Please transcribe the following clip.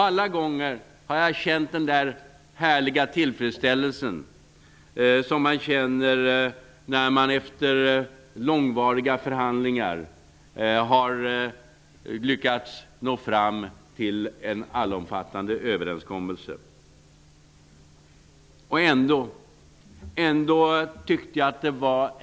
Alla gånger har jag känt den härliga tillfredsställelse som man känner efter att ha lyckats nå fram till en allomfattande överenskommelse efter långvariga förhandlingar.